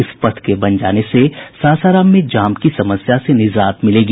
इस पथ के बन जाने से सासाराम में जाम की समस्या से निजात मिलेगी